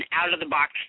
out-of-the-box